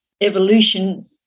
evolution